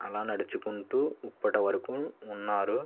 అలా నడుచుకుంటూ ఇప్పటి వరకు ఉన్నారు